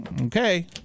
okay